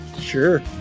Sure